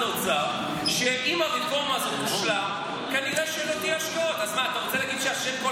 האוצר שאם הרפורמה הזאת תושלם כנראה לא יהיו השקעות.